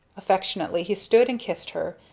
affectionately he stooped and kissed her,